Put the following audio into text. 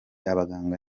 abaganga